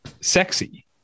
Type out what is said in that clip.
sexy